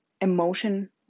emotion